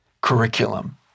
curriculum